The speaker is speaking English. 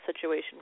situation